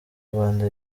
rwanda